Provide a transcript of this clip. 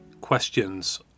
questions